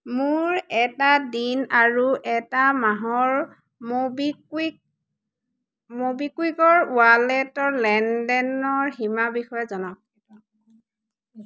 মোৰ এটা দিন আৰু এটা মাহৰ মবিকুইক মবিকুইকৰ ৱালেটৰ লেনদেনৰ সীমা বিষয়ে জনাওক